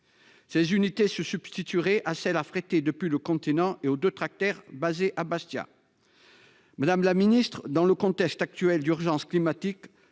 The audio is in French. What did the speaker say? Ces unités se substituerait à celle affrété depuis le continent et aux de tracteurs basée à Bastia. Madame la Ministre, dans le contexte actuel d'urgence climatique.